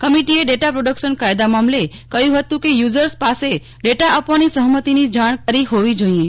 કમિટીએ data production કાયદા મામલે કહ્યું હતું કે થુઝર્સ પાસે ડેટા આપવાની સહમતીની જાણકારી હોવી જોઈએ